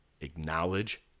acknowledge